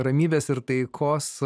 ramybės ir taikos